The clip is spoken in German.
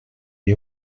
die